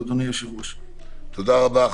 תודה רבה.